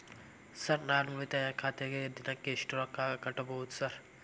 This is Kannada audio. ಸರ್ ನಾನು ಉಳಿತಾಯ ಖಾತೆಗೆ ದಿನಕ್ಕ ಎಷ್ಟು ರೊಕ್ಕಾ ಕಟ್ಟುಬಹುದು ಸರ್?